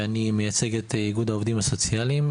ואני מייצג את איגוד העובדים הסוציאליים.